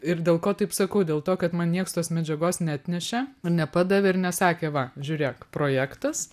ir dėl ko taip sakau dėl to kad man nieks tos medžiagos neatnešė ir nepadavė ir nesakė va žiūrėk projektas